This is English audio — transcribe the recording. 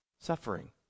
suffering